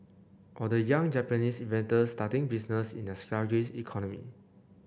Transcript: or the young Japanese inventors starting businesses in their sluggish economy